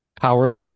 power